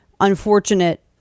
unfortunate